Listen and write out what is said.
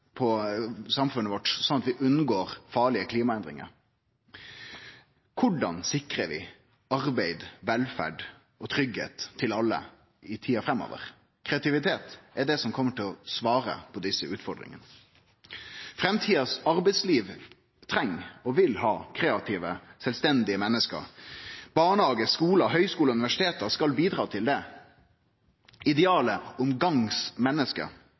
om samfunnet vårt, slik at vi unngår farlege klimaendringar? Korleis sikrar vi arbeid, velferd og tryggleik for alle i tida framover? Kreativitet er det som kjem til å vere svaret på desse utfordringane. Framtidas arbeidsliv treng og vil ha kreative, sjølvstendige menneske. Barnehagar, skolar, høgskolar og universitet skal bidra til det. Idealet om